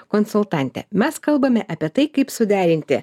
konsultantė mes kalbame apie tai kaip suderinti